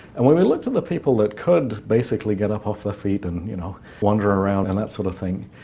and when we looked at the people that could basically get up on their feet, and you know wander around and that sort of thing,